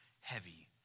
heavy